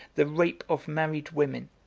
the rape of married women,